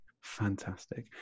fantastic